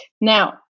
Now